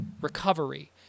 recovery